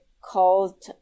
called